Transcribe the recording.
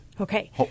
Okay